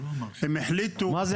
מה זה